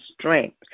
strength